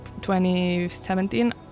2017